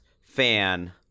fan